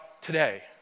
today